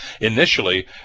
initially